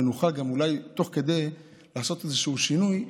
ונוכל גם אולי תוך כדי לעשות איזשהו שינוי,